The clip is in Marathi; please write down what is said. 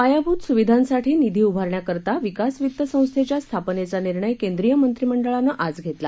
पायाभूत सुविधांसाठी निधी उभारण्याकरता विकास वित्त संस्थेच्या स्थापनेचा निर्णय केंद्रीय मंत्रीमंडळानं आज घेतला